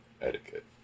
etiquette